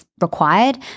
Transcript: required